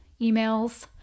emails